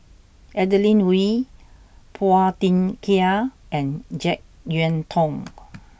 Adeline Ooi Phua Thin Kiay and Jek Yeun Thong